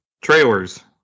Trailers